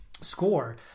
score